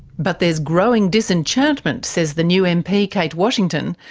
but there's growing disenchantment, says the new mp kate washington,